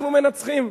אנחנו מנצחים.